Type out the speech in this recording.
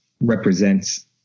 represents